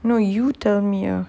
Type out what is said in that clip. no you tell me ah